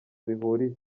bihuriye